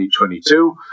2022